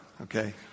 Okay